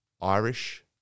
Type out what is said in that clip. Irish